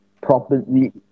properly